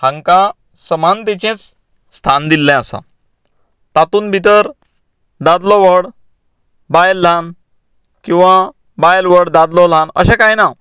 हांकां समानतेचेंच स्थान दिल्लें आसा तातूंत भितर दादलो व्हड बायल ल्हान किंवां बायल व्हड दादलो ल्हान अशें कांय ना